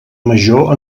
major